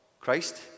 Christ